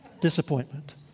Disappointment